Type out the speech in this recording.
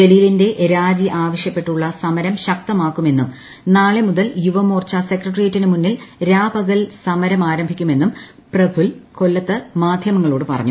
ജലീലിന്റെ രാജി ആവശ്യപ്പെട്ടുള്ള സമരം ശക്തമാക്കുമെന്നും നാളെ മുതൽ യുവമോർച്ച സെക്രട്ടേറിയറ്റിന് മുന്നിൽ രാപ്പകൽ സമരം ആരംഭിക്കുമെന്നും പ്രഫുൽ കൊല്ലത്ത് മാധ്യമങ്ങളോട് പറഞ്ഞു